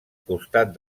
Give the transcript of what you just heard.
costat